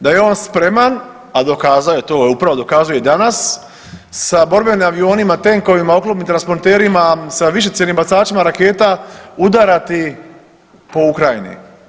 Da je on spreman, a dokazao je to, upravo dokazuje i danas, sa borbenim avionima, tenkovima, oklopnim transporterima, sa višecjevnim bacačima raketa udarati po Ukrajini.